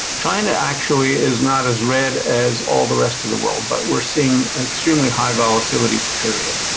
china actually is not as red as all the rest of the world but we're seeing extremely high volatility, period.